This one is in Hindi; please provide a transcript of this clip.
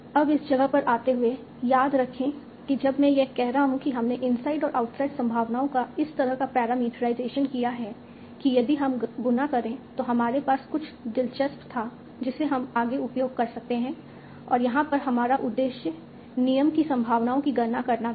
अब इस जगह पर आते हुए याद रखें कि जब मैं यह कह रहा था कि हमने इनसाइड और आउटसाइड संभावनाओं का इस तरह का पैरामीटराइजेशन किया है कि यदि हम गुणा करें तो हमारे पास कुछ दिलचस्प था जिसे हम आगे उपयोग कर सकते हैं और यहाँ पर हमारा उद्देश्य नियम की संभावनाओं की गणना करना भी है